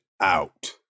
out